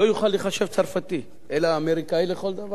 לא יוכל להיחשב צרפתי אלא אמריקני לכל דבר.